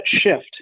shift